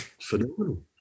Phenomenal